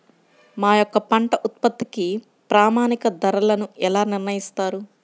మా యొక్క పంట ఉత్పత్తికి ప్రామాణిక ధరలను ఎలా నిర్ణయిస్తారు?